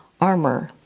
armor